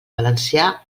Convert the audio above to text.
valencià